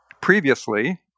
previously